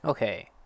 okay